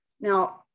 now